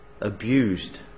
abused